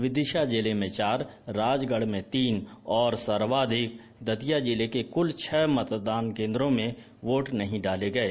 विदिशा जिले में चार राजगढ़ में तीन और सर्वाधिक दतिया जिले के क्ल छह मतदान केन्द्रों में वोट नहीं डाले गये